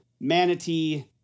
manatee